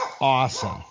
awesome